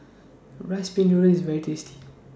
Rice Pin Noodles IS very tasty